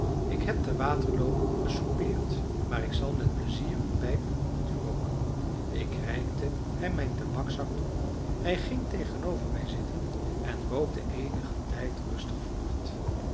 ik heb te waterloo gesoupeerd maar ik zal met pleizier een pijp met u rooken ik reikte hem mijn tabakszak toe hij ging tegenover mij zitten en rookte eenigen tijd rustig voort